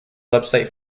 website